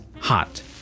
Hot